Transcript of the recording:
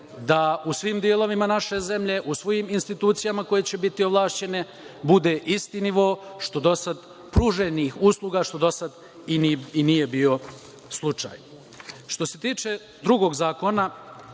da u svim delovima naše zemlje, u svim institucijama koje će biti ovlašćene bude isti nivo pruženih usluga, što do sad nije bio slučaj. Što se tiče drugog zakona,